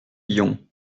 hyon